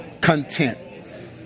content